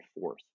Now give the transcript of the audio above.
forth